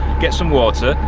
get some water,